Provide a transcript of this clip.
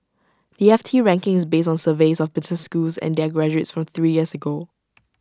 the F T ranking is based on surveys of business schools and their graduates from three years ago